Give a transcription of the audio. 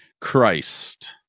Christ